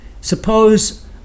Suppose